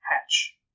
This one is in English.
hatch